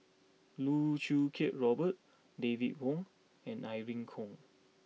Loh Choo Kiat Robert David Wong and Irene Khong